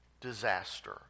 disaster